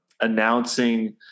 announcing